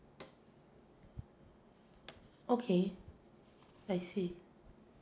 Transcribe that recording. okay I see